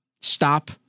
stop